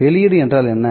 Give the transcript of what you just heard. வெளியீடு என்றால் என்ன